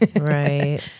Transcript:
Right